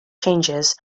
changes